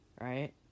Right